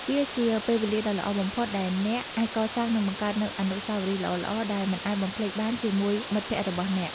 វាជាពេលវេលាដ៏ល្អបំផុតដែលអ្នកអាចកសាងនិងបង្កើតនូវអនុស្សាវរីយ៍ល្អៗដែលមិនអាចបំភ្លេចបានជាមួយមិត្តភក្តិរបស់អ្នក។